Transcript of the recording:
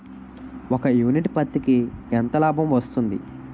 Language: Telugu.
ఒక యూనిట్ పత్తికి ఎంత లాభం వస్తుంది?